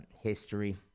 history